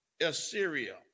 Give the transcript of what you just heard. Assyria